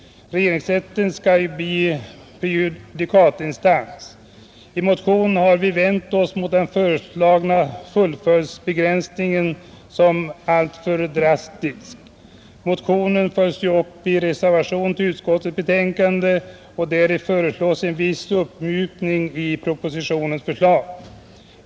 Regeringsrätten skall bara bli prejudikatinstans. I motionen 1389 har jag vänt mig mot den föreslagna fullföljdsbegränsningen som alltför drastisk. Motionen har följts upp i en reservation till utskottets betänkande, i vilken föreslås en viss uppmjukning av propositionens förslag.